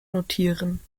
notieren